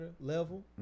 level